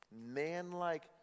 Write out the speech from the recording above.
man-like